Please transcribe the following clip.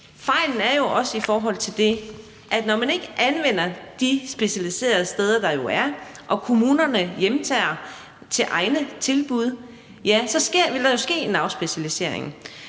Fejlen i forhold til det er jo også, at når man ikke anvender de specialiserede steder, der jo er, og kommunerne hjemtager til egne tilbud, så vil der jo ske en afspecialisering.